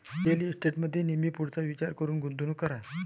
real इस्टेटमध्ये नेहमी पुढचा विचार करून गुंतवणूक करा